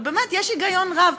ובאמת, יש היגיון רב.